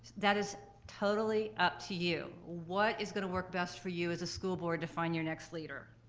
that is totally up to you. what is gonna work best for you as a school board to find your next leader?